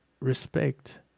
respect